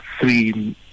three